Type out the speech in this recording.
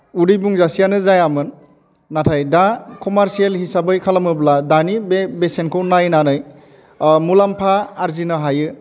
उदै बुंजासेयानो जायामोन नाथाय दा कमारसियेल हिसाबै खालामोब्ला दानि बे बेसेनखौ नायनानै मुलाम्फा आरजिनो हायो